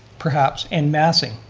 perhaps, and massing.